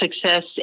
success